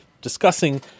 discussing